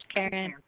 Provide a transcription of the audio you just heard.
Karen